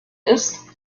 ist